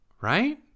right